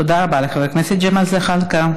תודה רבה לחבר הכנסת ג'מאל זחאלקה.